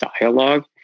dialogue